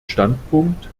standpunkt